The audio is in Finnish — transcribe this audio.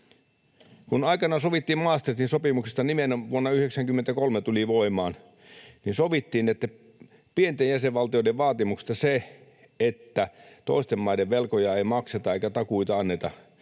Kun aikanaan sovittiin Maastrichtin sopimuksessa — vuonna 93 tuli voimaan — pienten jäsenvaltioiden vaatimuksesta nimenomaan se, että toisten maiden velkoja ei makseta eikä takuita anneta,